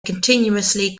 continuously